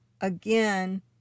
again